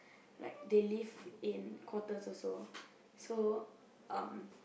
like they live in quarters also so um